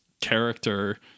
character